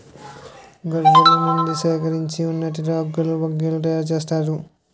గొర్రెల నుండి సేకరించిన ఉన్నితో రగ్గులు బ్యాగులు తయారు చేస్తారు